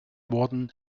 worden